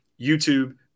YouTube